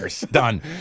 done